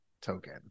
token